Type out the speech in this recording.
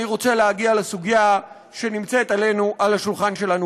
אני רוצה להגיע לסוגיה שנמצאת על השולחן שלנו